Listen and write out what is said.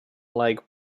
leg